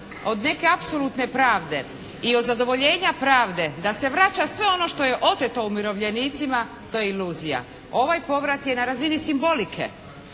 od neke apsolutne pravde i od zadovoljenja pravde da se vraća sve ono što je oteto umirovljenicima to iluzija. Ovaj povrat je na razini simbolike,